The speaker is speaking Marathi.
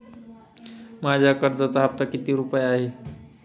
माझ्या कर्जाचा हफ्ता किती रुपये आहे?